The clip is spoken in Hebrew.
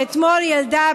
שאתמול ילדה,